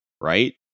right